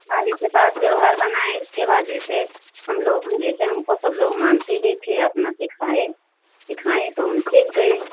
हाँ जैसे बात व्यवहार बनाए के बाद जैसे हम जैसे हमको सब लोग मानती भी थी अपना सिखाए सिखाईं तो हम सीख गए